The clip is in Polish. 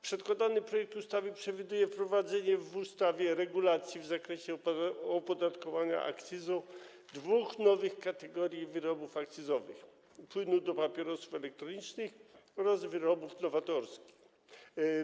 Przedkładany projekt ustawy przewiduje wprowadzenie w ustawie regulacji w zakresie opodatkowania akcyzą dwóch nowych kategorii wyrobów akcyzowych: płynów do papierosów elektronicznych oraz wyrobów nowatorskich.